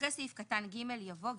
"אחרי סעיף קטן (ג) יבוא:"